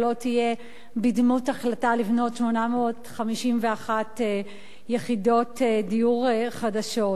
לא תהיה בדמות החלטה לבנות 851 יחידות דיור חדשות.